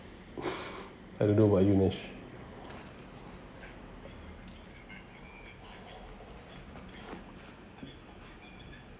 I don't know about you nesh